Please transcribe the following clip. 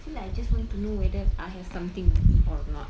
I feel like I just want to know whether I have something with me or not